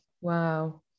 Wow